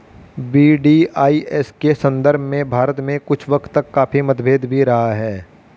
VDIS के संदर्भ में भारत में कुछ वक्त तक काफी मतभेद भी रहा है